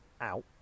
out